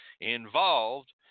involved